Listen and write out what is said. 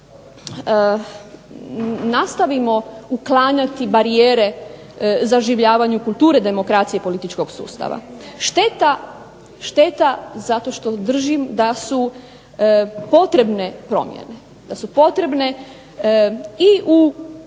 da nastavimo uklanjati barijere zaživljavanju kulture demokracije političkog sustava. Šteta zato što držim da su potrebne promjene, da su potrebne i u